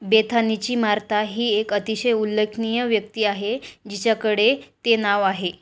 बेथानीची Martha ही एक अतिशय उल्लेखनीय व्यक्ती आहे जिच्याकडे ते नाव आहे